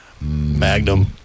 Magnum